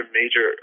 major